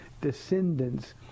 descendants